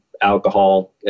alcohol